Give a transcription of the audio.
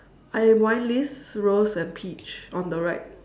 I have wine list rose and peach on the right